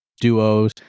duos